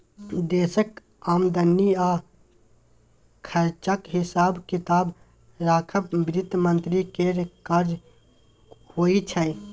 देशक आमदनी आ खरचाक हिसाब किताब राखब बित्त मंत्री केर काज होइ छै